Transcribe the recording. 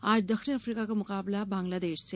आज दक्षिण अफ्रीका का मुकाबला बांग्लादेश से